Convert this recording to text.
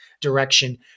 direction